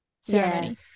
ceremony